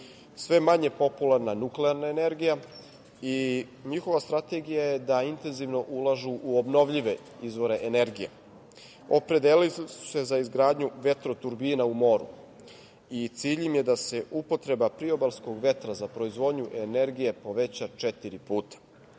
sve manje popularna nuklearna energija i njihova strategija je da intenzivno ulažu u obnovljive izvore energije. Opredelili su se za izgradnju vetroturbina u moru i cilj im je da se upotreba priobalskog vetra za proizvodnju energije poveća četiri puta.